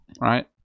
Right